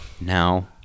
Now